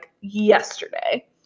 yesterday